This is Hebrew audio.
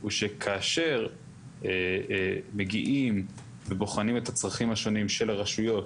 הוא שכאשר מגיעים בוחנים את הצרכים השונים של הרשויות,